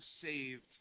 saved